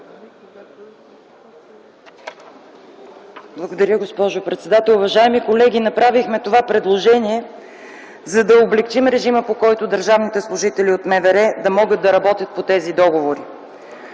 Благодаря, госпожо председател. Уважаеми колеги, направихме това предложение, за да облекчим режима, по който държавните служители от МВР да могат да работят по тези договори.